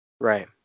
Right